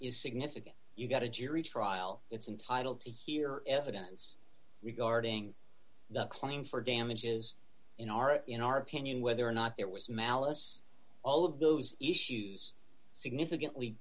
is significant you got a jury trial it's entitle to hear evidence regarding the claim for damages in our in our opinion whether or not there was malice all of those issues significantly